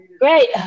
great